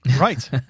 Right